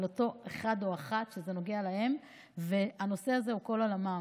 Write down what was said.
על אותו אחד או אחת שזה נוגע להם והנושא הזה הוא כל עולמם.